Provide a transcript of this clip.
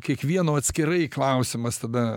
kiekvieno atskirai klausimas tada